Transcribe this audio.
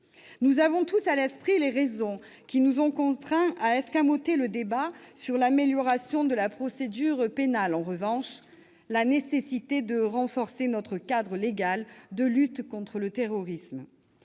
Nous avons tous à l'esprit les raisons qui, en revanche, nous ont contraints d'escamoter le débat sur l'amélioration de la procédure pénale : la nécessité de renforcer notre cadre légal de lutte contre le terrorisme.